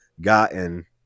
gotten